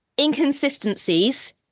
inconsistencies